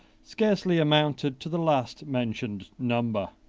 scarcely amounted to the last-mentioned number